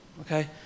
okay